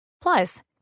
Plus